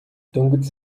дөнгөж